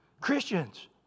Christians